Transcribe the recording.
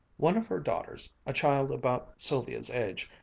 one of her daughters, a child about sylvia's age,